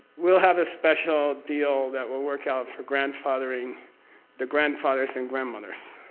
we'll have a special deal that will work out for grandfathering the grandfathers and grandmothers.